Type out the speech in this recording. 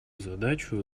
задачу